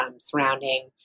surrounding